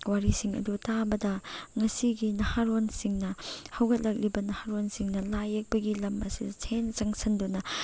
ꯋꯥꯔꯤꯁꯤꯡ ꯑꯗꯨ ꯇꯥꯕꯗ ꯉꯁꯤꯒꯤ ꯅꯍꯥꯔꯣꯜꯁꯤꯡꯅ ꯍꯧꯒꯠꯂꯛꯂꯤꯕ ꯅꯍꯥꯔꯣꯜꯁꯤꯡꯅ ꯂꯥꯏ ꯌꯦꯛꯄꯒꯤ ꯂꯝ ꯑꯁꯤꯗ ꯍꯦꯟꯅ ꯆꯪꯁꯤꯟꯗꯨꯅ